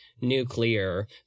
nuclear